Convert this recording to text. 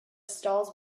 stalls